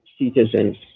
citizens